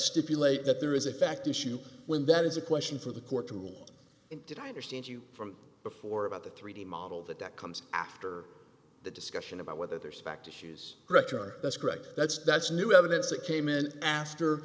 stipulate that there is a fact issue when that is a question for the court to rule in did i understand you from before about the three d model that that comes after the discussion about whether there specter shoes director that's correct that's that's new evidence that came in after